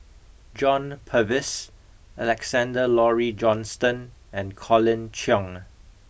John Purvis Alexander Laurie Johnston and Colin Cheong